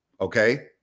okay